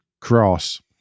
Cross